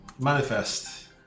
manifest